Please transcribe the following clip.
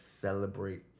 celebrate